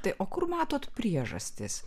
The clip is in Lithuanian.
tai o kur matot priežastis